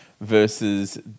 versus